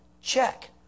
Check